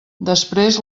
després